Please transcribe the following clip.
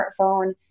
smartphone